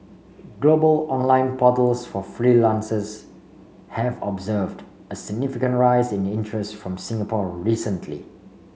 global online portals for freelancers have observed a significant rise in interest from Singapore recently